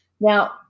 Now